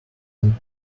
than